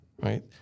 right